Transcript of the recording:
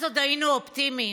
אז עוד היינו אופטימיים,